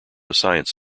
science